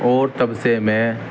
اور تب سے میں